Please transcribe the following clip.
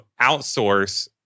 outsource